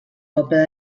poble